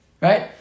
Right